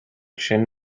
sin